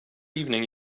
evening